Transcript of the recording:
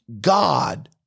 God